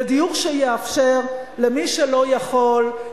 ודיור שיאפשר למי שלא יכול,